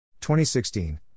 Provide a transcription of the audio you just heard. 2016